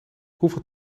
hoeveel